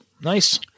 Nice